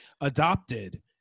adopted